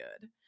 good